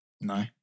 No